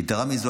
יתרה מזו,